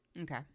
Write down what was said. Okay